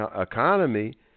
economy